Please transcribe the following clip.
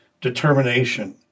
determination